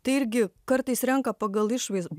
tai irgi kartais renka pagal išvaiz